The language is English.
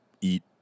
Eat